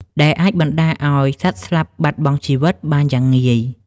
ដែលអាចបណ្ដាលឱ្យសត្វស្លាប់បាត់បង់ជីវិតបានយ៉ាងងាយ។